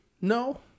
no